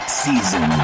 season